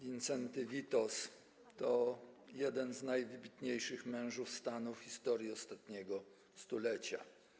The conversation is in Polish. Wincenty Witos to jeden z najwybitniejszych mężów stanu w historii ostatniego stulecia.